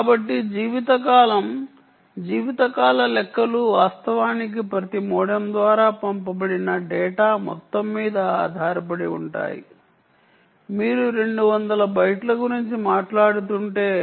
కాబట్టి జీవితకాలం జీవితకాల లెక్కలు వాస్తవానికి ప్రతి మోడెమ్ ద్వారా పంపబడిన డేటా మొత్తం మీద ఆధారపడి ఉంటాయి మీరు 200 బైట్ల గురించి మాట్లాడుతుంటే